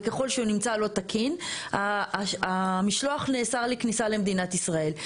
וככל שהוא נמצא לא תקין המשלוח נאסר לכניסה למדינת ישראל.